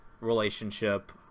relationship